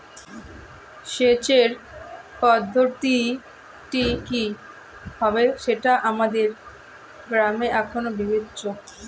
সেচের পদ্ধতিটি কি হবে সেটা আমাদের গ্রামে এখনো বিবেচ্য